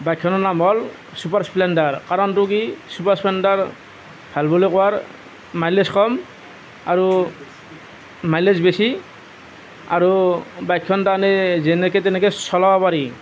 বাইকখনৰ নাম হ'ল ছুপাৰ স্প্লেণ্ডাৰ কাৰণটো কি ছুপাৰ স্প্লেণ্ডাৰ ভাল বুলি কোৱাৰ মাইলেজ কম আৰু মাইলেজ বেছি আৰু বাইকখন তাৰমানে যেনেকৈ তেনেকৈ চলাব পাৰি